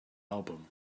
album